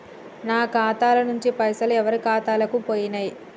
నా ఖాతా ల నుంచి పైసలు ఎవరు ఖాతాలకు పోయినయ్?